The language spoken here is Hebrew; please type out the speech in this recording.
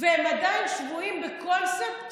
והם עדיין שבויים בקונספט